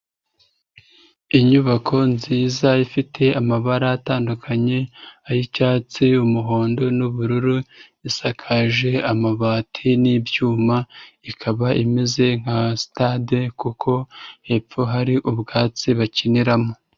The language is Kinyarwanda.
Inyubako nziza ifite amabara atandukanye, ay'icyatsi, umuhondo n'ubururu, isakaje amabati n'ibyuma ikaba imeze nka sitade kuko hepfo hari ubwatsi bakiniramo.